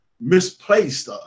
misplaced